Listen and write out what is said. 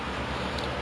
ya